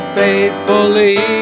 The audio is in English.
faithfully